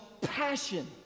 passion